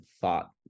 thought